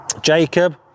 Jacob